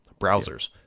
Browsers